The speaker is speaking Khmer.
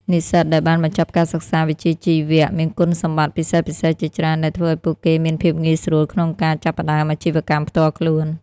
និស្សិតដែលបានបញ្ចប់ការសិក្សាវិជ្ជាជីវៈមានគុណសម្បត្តិពិសេសៗជាច្រើន ដែលធ្វើឱ្យពួកគេមានភាពងាយស្រួលក្នុងការចាប់ផ្តើមអាជីវកម្មផ្ទាល់ខ្លួន។